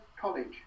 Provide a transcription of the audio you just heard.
college